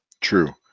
True